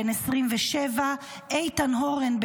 בן 27. איתן הורן,